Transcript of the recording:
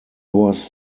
was